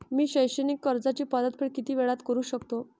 मी शैक्षणिक कर्जाची परतफेड किती वेळात करू शकतो